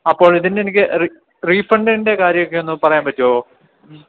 അപ്പോൾ ഇതിന് എനിക്ക് റീഫണ്ടിൻ്റെ കാര്യം ഒക്കെ ഒന്ന് പറയാൻ പറ്റുമോ